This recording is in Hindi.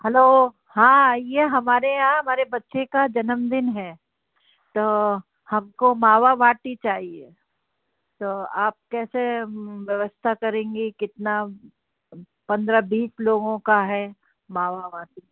हेलो हाँ यह हमारे यहाँ हमारे बच्चे का जन्मदिन है तो हमको मावा बाटी चाहिए तो आप कैसे व्यवस्था करेंगी कितना पंद्रह बीस लोगों का है मावा बाटी